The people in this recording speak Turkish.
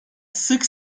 sık